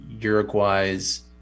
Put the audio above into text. Uruguay's